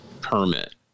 permit